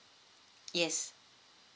yes